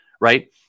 right